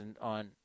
on